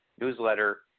newsletter